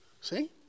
See